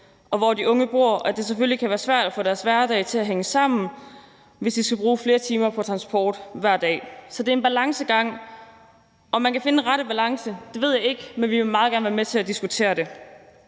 og hvor de unge bor, at det selvfølgelig kan være svært at få deres hverdag til at hænge sammen, hvis de skal bruge flere timer på transport hver dag. Så det er en balancegang. Om man kan finde den rette balance, ved jeg ikke, men vi vil meget gerne være med til at diskutere det.